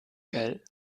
gell